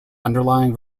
underlying